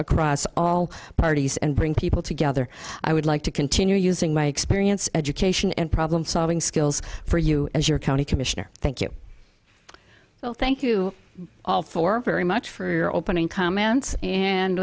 across all parties and bring people together i would like to continue using my experience education and problem solving skills for you as your county commissioner thank you well thank you all for very much for your opening comments